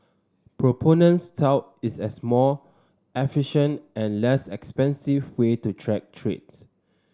proponents tout it as a more efficient and less expensive way to track trades